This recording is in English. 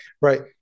right